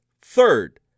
Third